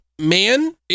Man